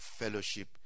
fellowship